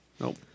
Nope